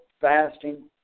fasting